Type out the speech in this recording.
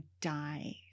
die